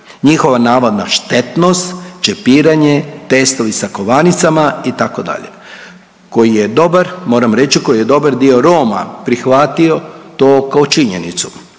Njihova navodna štetnost, čipiranje, testovi sa kovanicama, itd. koji je dobar, moram reći koji je dobar dio Roma prihvatio to kao činjenicu.